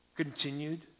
Continued